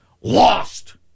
Lost